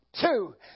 Two